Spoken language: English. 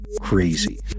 crazy